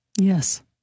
Yes